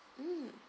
mm